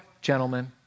gentlemen